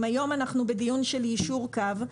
אם היום אנחנו בדיון של יישור קו,